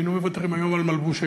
היינו מוותרים היום על מלבוש,